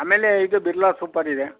ಆಮೇಲೆ ಇದು ಬಿರ್ಲಾ ಸೂಪರ್ ಇದೆ